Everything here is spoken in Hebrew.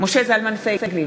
משה זלמן פייגלין,